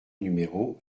numéro